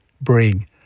bring